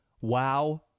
Wow